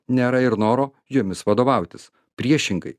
nėra ir noro jomis vadovautis priešingai